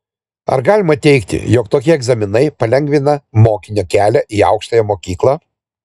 ar galima teigti jog tokie egzaminai palengvina mokinio kelią į aukštąją mokyklą